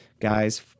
Guys